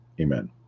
Amen